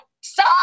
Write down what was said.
stop